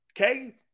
Okay